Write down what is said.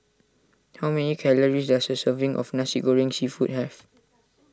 how many calories does a serving of Nasi Goreng Seafood have